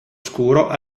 scuro